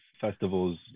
festivals